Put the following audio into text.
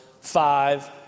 five